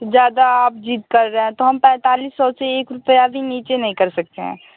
ज़्यादा आप जिद कर रहे हैं तो हम पैंतालिस सौ से एक रुपया भी नीचे नहीं कर सकते हैं